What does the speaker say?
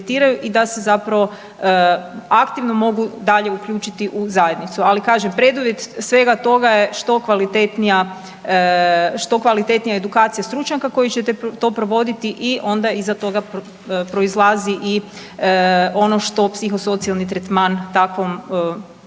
i da se zapravo aktivno mogu dalje uključiti u zajednicu, ali kažem preduvjet svega toga je što kvalitetnija, što kvalitetnija edukacija stručnjaka koji će to provoditi i onda iza toga proizlazi i ono što psihosocijalni tretman takvom počinitelju